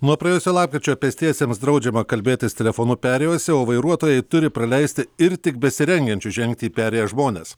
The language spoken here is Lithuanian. nuo praėjusio lapkričio pėstiesiems draudžiama kalbėtis telefonu perėjose o vairuotojai turi praleisti ir tik besirengiančius žengti į perėją žmonės